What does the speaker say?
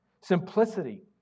simplicity